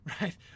right